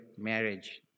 marriage